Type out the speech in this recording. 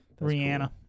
Rihanna